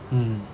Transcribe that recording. mm